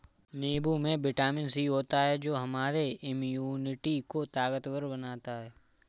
नींबू में vitamin C होता है जो हमारे इम्यूनिटी को ताकतवर बनाता है